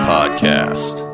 Podcast